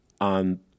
on